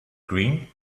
green